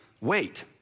wait